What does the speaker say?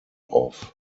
off